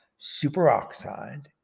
superoxide